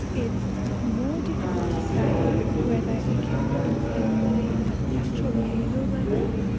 it's more difficult to say whether it can incite the same at the actual behavioural level.